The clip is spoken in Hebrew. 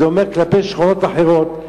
זה אומר כלפי שכונות אחרות.